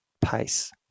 pace